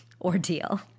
ordeal